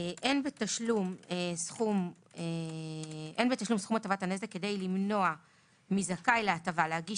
אין בתשלום סכום הטבת הנזק כדי למנוע מזכאי להטבה להגיש